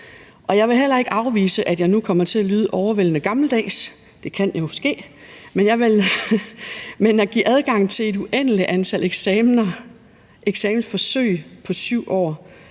jeg vil ikke afvise, at jeg nu kommer til at lyde overvældende gammeldags – det kan jo ske – men at give adgang til et uendeligt antal eksamener,